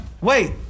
Wait